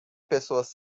pessoas